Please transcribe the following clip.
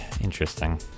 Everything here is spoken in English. Interesting